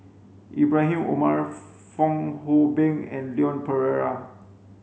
Ibrahim Omar Fong Hoe Beng and Leon Perera